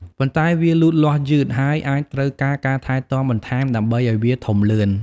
ប៉ុន្តែ វាលូតលាស់យឺត ហើយអាចត្រូវការការថែទាំបន្ថែមដើម្បីឲ្យវាធំលឿន។